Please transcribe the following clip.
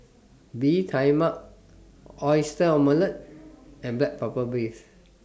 Bee Tai Mak Oyster Omelette and Black Pepper Beef